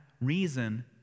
reason